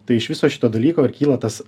tai iš viso šito dalyko ir kyla tas